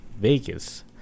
vegas